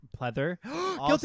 pleather